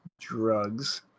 drugs